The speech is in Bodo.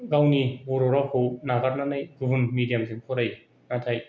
गावनि बर'रावखौ नागारनानै गुबुन मेडियामजों फरायो नाथाय